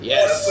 Yes